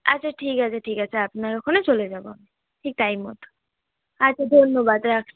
আচ্ছা ঠিক আছে ঠিক আছে আপনার ওখানে চলে যাবো আমি ঠিক টাইম মতো আচ্ছা ধন্যবাদ রাখছি